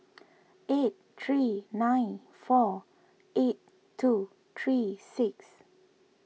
eight three nine four eight two three six